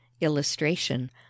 illustration